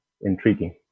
intriguing